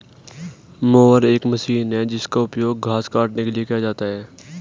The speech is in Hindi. मोवर एक मशीन है जिसका उपयोग घास काटने के लिए किया जाता है